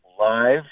live